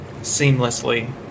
seamlessly